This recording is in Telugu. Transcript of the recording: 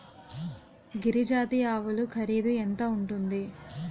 గిరి జాతి ఆవులు ఖరీదు ఎంత ఉంటుంది?